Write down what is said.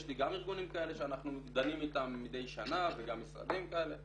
יש לי גם ארגונים כאלה שאנחנו דנים איתם מדיי שנה וגם משרדים כאלה.